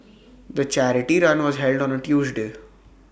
the charity run was held on A Tuesday